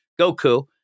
Goku